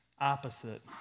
opposite